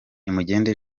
nimugende